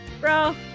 Bro